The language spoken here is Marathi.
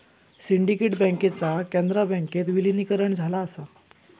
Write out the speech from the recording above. सिंडिकेट बँकेचा कॅनरा बँकेत विलीनीकरण झाला असा